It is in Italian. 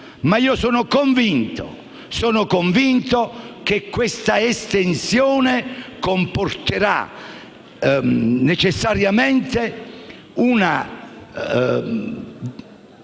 ma sono convinto che questa estensione comporterà necessariamente